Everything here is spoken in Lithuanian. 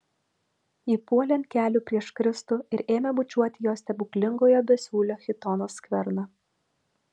ji puolė ant kelių prieš kristų ir ėmė bučiuoti jo stebuklingojo besiūlio chitono skverną